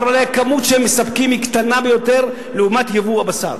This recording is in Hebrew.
אבל הכמות שהם מספקים היא קטנה ביותר לעומת יבוא הבשר.